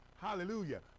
hallelujah